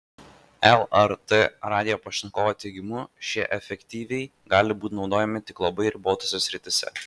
lrt radijo pašnekovo teigimu šie efektyviai gali būti naudojami tik labai ribotose srityse